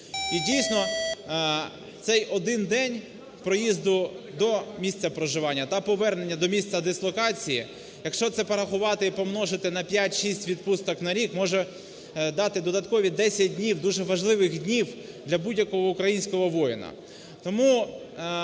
І, дійсно, цей один день проїзду до місця проживання та повернення до місця дислокації, якщо це порахувати і помножити на 5-6 відпусток на рік, може дати додаткові 10 днів, дуже важливих днів, для будь-якого українського воїна.